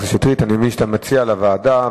אני מבין שאתה מציע להעביר לוועדה.